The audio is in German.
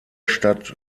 stadt